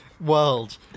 world